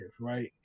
Right